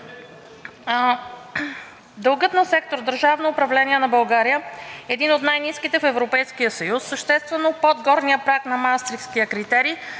Дългът на сектор „Държавно управление на България“ е един от най-ниските в Европейския съюз – съществено под горния праг на Маастрихтския критерий